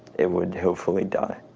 it would hopefully die.